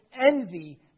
envy